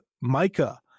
Micah